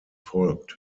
folgt